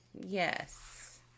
Yes